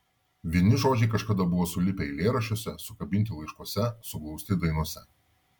vieni žodžiai kažkada buvo sulipę eilėraščiuose sukabinti laiškuose suglausti dainose